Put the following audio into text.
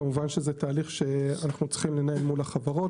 כמובן שזה תהליך שאנחנו צריכים לנהל מול החברות,